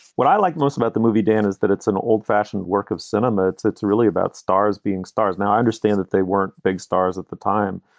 what i like most about the movie, dan, is that it's an old fashioned work of cinema. it's it's really about stars being stars now, i understand that they weren't big stars at the time,